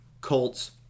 Colts